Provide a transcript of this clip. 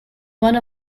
one